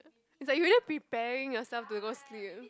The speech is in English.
it's like you just preparing yourself to go sleep